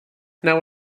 now